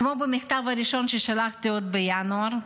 כמו במכתב הראשון ששלחתי עוד בינואר,